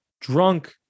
drunk